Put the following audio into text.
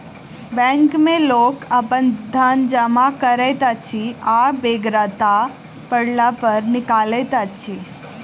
bank मे लोक अपन धन जमा करैत अछि आ बेगरता पड़ला पर निकालैत अछि